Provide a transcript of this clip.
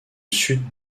sud